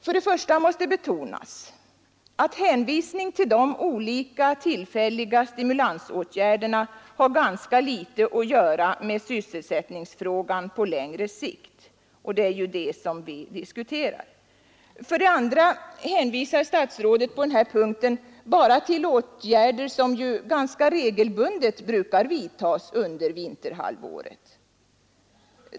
För det första måste betonas att en hänvisning till de olika tillfälliga stimulansåtgärderna har ganska litet att göra med sysselsättningsfrågan på längre sikt — och det är ju den som vi diskuterar. För det andra hänvisar statsrådet på denna punkt bara till åtgärder som ju ganska regelbundet brukar vidtas under vinterhalvåret.